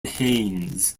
haynes